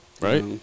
right